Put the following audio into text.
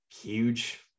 huge